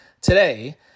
today